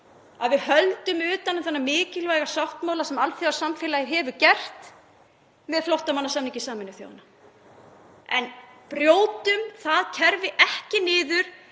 um verndarkerfið og þennan mikilvæga sáttmála sem alþjóðasamfélagið hefur gert með flóttamannasamningi Sameinuðu þjóðanna, en brjótum það kerfi ekki niður